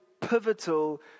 pivotal